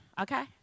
okay